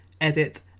edit